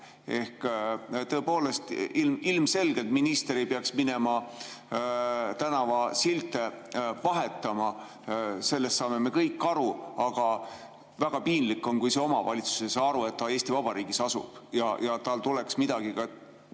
Tõepoolest, ilmselgelt minister ei peaks minema tänavasilte vahetama – sellest saame me kõik aru –, aga väga piinlik on, kui mõni omavalitsus ei saa aru, et ta asub Eesti Vabariigis ja tal tuleks midagi